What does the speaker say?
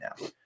now